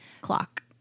clock